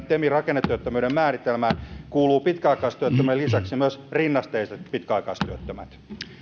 temin rakennetyöttömyyden määritelmään kuuluvat pitkäaikaistyöttömien lisäksi myös rinnasteiset pitkäaikaistyöttömät